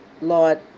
Lord